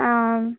आम्